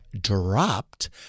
dropped